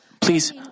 please